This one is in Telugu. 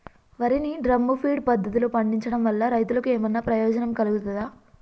వరి ని డ్రమ్ము ఫీడ్ పద్ధతిలో పండించడం వల్ల రైతులకు ఏమన్నా ప్రయోజనం కలుగుతదా?